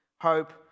hope